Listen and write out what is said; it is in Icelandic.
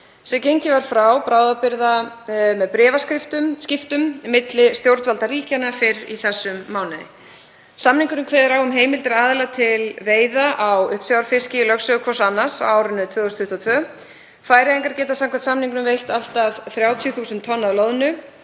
sem gengið var frá til bráðabirgða með bréfaskiptum milli stjórnvalda ríkjanna fyrr í þessum mánuði. Samningurinn kveður á um heimildir aðila til veiða á uppsjávarfiski í lögsögu hvort annars á árinu 2022. Færeyingar geta samkvæmt samningnum veitt allt að 30.000 tonn af loðnu